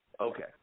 Okay